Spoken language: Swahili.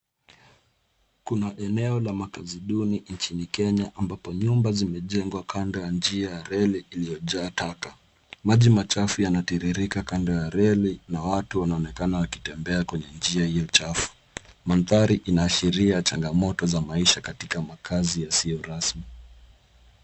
Kuna eneo la makaazi duni nchini Kenya ambapo nyumba zimejengwa kando ya njia reli iliyojaa taka. Maji machafu yanatiririka kando ya reli na watu wanaonekana wakitembea kwenye njia hiyo chafu. Mandhari inaashiria changamoto za maisha katika makaazi yasiyo rasmi.